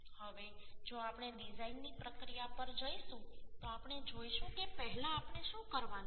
હવે જો આપણે ડિઝાઈનની પ્રક્રિયા પર જઈશું તો આપણે જોઈશું કે પહેલા આપણે શું કરવાનું છે